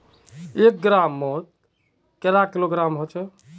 एक ग्राम मौत कैडा किलोग्राम होचे?